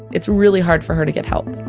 it's really hard for her to get help